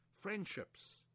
friendships